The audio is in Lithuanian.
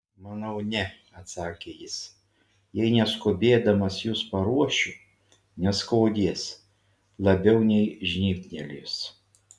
manau ne atsakė jis jei neskubėdamas jus paruošiu neskaudės labiau nei žnybtelėjus